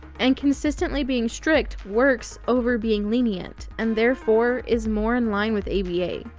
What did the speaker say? and consistently being strict works over being lenient, and therefore is more in line with aba.